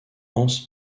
hans